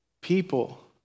People